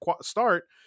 start